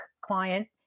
client